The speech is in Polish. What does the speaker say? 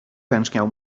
pęczniał